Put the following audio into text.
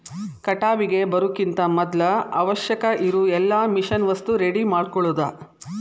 ಕಟಾವಿಗೆ ಬರುಕಿಂತ ಮದ್ಲ ಅವಶ್ಯಕ ಇರು ಎಲ್ಲಾ ಮಿಷನ್ ವಸ್ತು ರೆಡಿ ಮಾಡ್ಕೊಳುದ